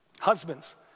Husbands